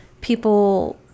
people